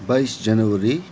बाइस जनवरी